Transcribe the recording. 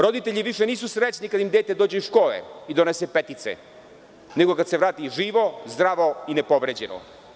Roditelji više nisu srećni kada im dete dođe iz škole i donese petice, nego kada se vrati živo, zdravo i nepovređeno.